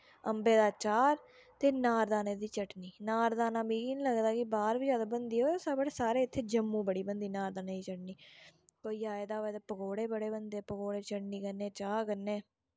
अम्बे दा चार ते नार दाने दी चटनी नार दाना मिगी निं लगदा कि बाह्र बी जादा बनदी होऐ पर साढ़ै इत्थे जम्मू बड़ी बनदी नार दाने दी चटनी कोई आऐ दा होऐ ते पकौड़े बड़े बनदे चटनी कन्नै चाह् कन्नै